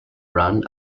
run